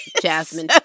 Jasmine